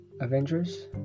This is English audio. Avengers